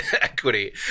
equity